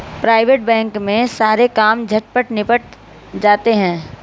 private bank में सारे काम झटपट निबट जाते हैं